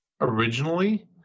originally